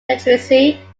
literacy